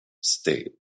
state